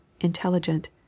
intelligent